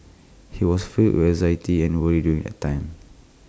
he was filled with anxiety and worry during that time